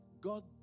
God